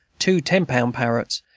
two ten-pound parrotts,